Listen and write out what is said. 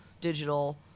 digital